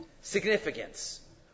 significance